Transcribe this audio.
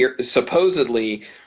supposedly